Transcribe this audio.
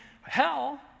hell